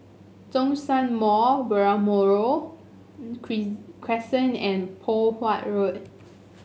Zhongshan Mall Balmoral Crescent and Poh Huat Road